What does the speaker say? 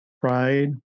Pride